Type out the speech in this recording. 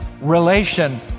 relation